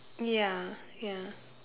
ya ya